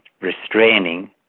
restraining